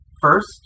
first